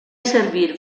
servir